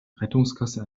rettungsgasse